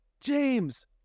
James